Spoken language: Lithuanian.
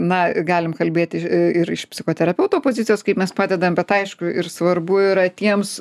na galim kalbėti ir iš psichoterapeuto pozicijos kaip mes padedam bet aišku ir svarbu yra tiems